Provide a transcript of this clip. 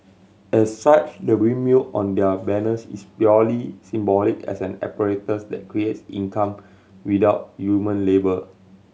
as such the windmill on their banners is purely symbolic as an apparatus that creates income without human labour